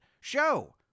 show